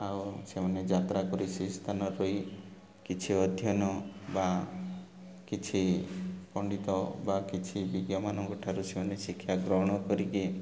ଆଉ ସେମାନେ ଯାତ୍ରା କରି ସେ ସ୍ଥାନରେ କିଛି ଅଧ୍ୟୟନ ବା କିଛି ପଣ୍ଡିତ ବା କିଛି ବୈଜ୍ଞାନିକ ମାନଙ୍କଠାରୁ ସେମାନେ ଶିକ୍ଷା ଗ୍ରହଣ କରିକି